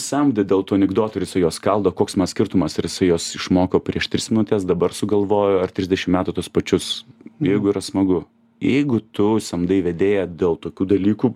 samdė dėl tų anekdotų ir jisai juos skaldo koks skirtumas ar jisai juos išmoko prieš tris minutes dabar sugalvojo ar trisdešim metų tuos pačius jeigu yra smagu jeigu tu samdai vedėją dėl tokių dalykų